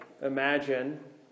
imagine